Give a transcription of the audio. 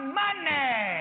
money